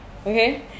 okay